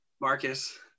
Marcus